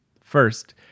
First